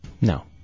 No